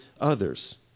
others